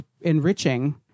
enriching